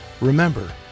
Remember